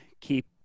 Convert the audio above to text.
keep